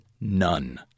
none